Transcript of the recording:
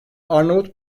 arnavut